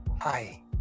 Hi